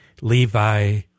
Levi